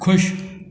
खु़शि